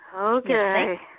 Okay